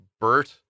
Bert